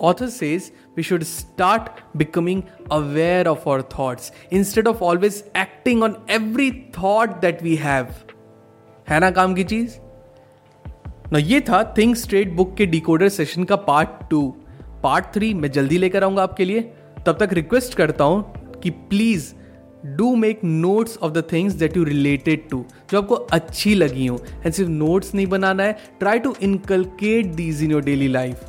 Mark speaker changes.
Speaker 1: Author says we should start becoming aware of our thoughts instead of always acting on every thought that we have. है ना काम की चीज? ना ये था Think Straight book के decoder session का part two. Part three मैं जल्दी लेकर आऊंगा आपके लिए। तब तक request करता हूं कि please do make notes of the things that you related to, जो आपको अच्छी लगी हों। सिर्फ notes नहीं बनाना है। Try to inculcate these in your daily life.